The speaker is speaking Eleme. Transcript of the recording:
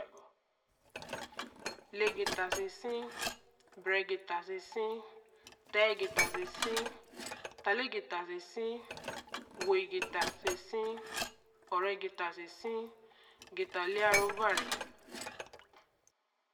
Lee getta soo sie bere getta soo sie Haa getta soo sie Haa lee getta soo sie Wo getta soo sie o-ro getta soo sie getta o leya ru obari